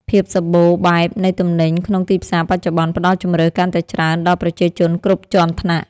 ភាពសម្បូរបែបនៃទំនិញក្នុងទីផ្សារបច្ចុប្បន្នផ្ដល់ជម្រើសកាន់តែច្រើនដល់ប្រជាជនគ្រប់ជាន់ថ្នាក់។